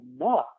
enough